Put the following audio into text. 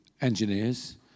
engineers